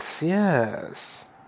yes